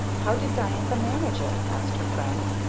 how did diantha manage it? asked her friend.